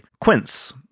Quince